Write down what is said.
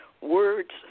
Words